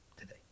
today